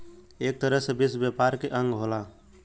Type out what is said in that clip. एक तरह से विश्व व्यापार के अंग होला